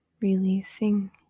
releasing